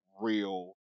real